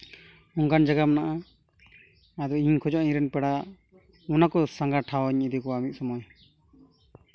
ᱚᱱᱠᱟᱱ ᱡᱟᱭᱜᱟ ᱢᱮᱱᱟᱜᱼᱟ ᱟᱫᱚ ᱤᱧ ᱫᱚᱧ ᱠᱷᱚᱡᱚᱜᱼᱟ ᱤᱧ ᱨᱮᱱ ᱯᱮᱲᱟ ᱚᱱᱟᱠᱚ ᱥᱟᱸᱜᱷᱟᱨ ᱴᱷᱟᱶ ᱤᱧ ᱤᱫᱤ ᱠᱚᱣᱟ ᱢᱤᱫ ᱥᱚᱢᱚᱭ